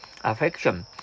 Affection